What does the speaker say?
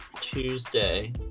Tuesday